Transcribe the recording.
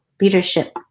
leadership